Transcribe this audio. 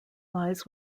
lies